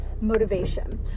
motivation